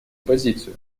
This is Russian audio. позицию